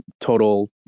total